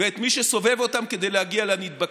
ואת מי שסובב אותם כדי להגיע לנדבקים.